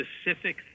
specific